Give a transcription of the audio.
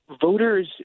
voters